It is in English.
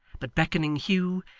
but beckoning hugh,